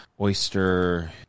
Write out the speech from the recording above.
oyster